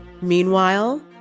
Meanwhile